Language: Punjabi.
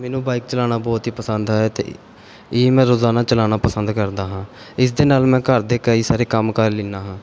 ਮੈਨੂੰ ਬਾਈਕ ਚਲਾਉਣਾ ਬਹੁਤ ਹੀ ਪਸੰਦ ਹੈ ਅਤੇ ਇ ਇਹ ਮੈਂ ਰੋਜ਼ਾਨਾ ਚਲਾਉਣਾ ਪਸੰਦ ਕਰਦਾ ਹਾਂ ਇਸ ਦੇ ਨਾਲ ਮੈਂ ਘਰ ਦੇ ਕਈ ਸਾਰੇ ਕੰਮ ਕਰ ਲੈਂਦਾ ਹਾਂ